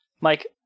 Mike